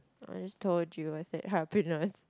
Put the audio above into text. I just told you I said happiness